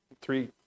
three